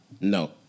No